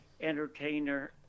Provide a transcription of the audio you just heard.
entertainer